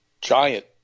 giant